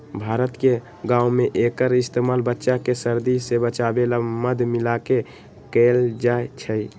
भारत के गाँव में एक्कर इस्तेमाल बच्चा के सर्दी से बचावे ला मध मिलाके कएल जाई छई